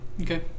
Okay